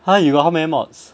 ha you got how many mods